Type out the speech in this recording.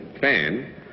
fan